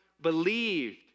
believed